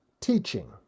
teaching